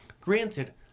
granted